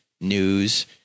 news